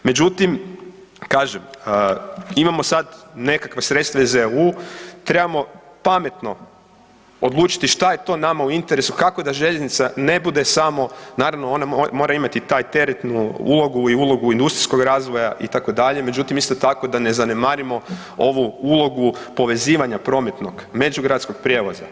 Međutim, kažem imamo sada nekakva sredstva iz EU, trebamo pametno odlučiti šta je to nama u interesu, kako da željeznica ne bude samo naravno one moraju imati tu teretnu ulogu i ulogu industrijskog razloga itd., međutim isto tako da ne zanemarimo ovu ulogu povezivanja prometnog međugradskog prijevoza.